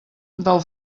del